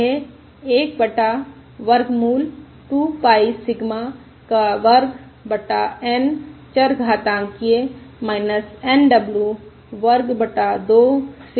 यह 1 बटा वर्गमूल 2 पाई सिग्मा का वर्ग बटा N चरघातांकिय़ Nw वर्ग बटा 2 सिग्मा का वर्ग है